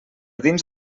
dins